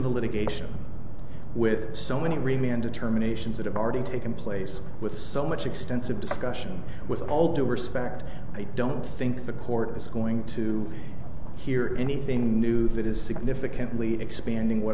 litigation with so many remey and determinations that have already taken place with so much extensive discussion with all due respect i don't think the court is going to hear anything new that is significantly expanding w